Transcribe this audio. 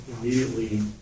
immediately